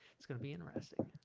it's gonna be interesting